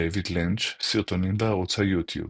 דייוויד לינץ', סרטונים בערוץ היוטיוב